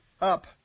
up